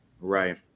right